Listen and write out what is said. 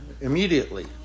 immediately